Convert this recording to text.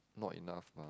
not enough lah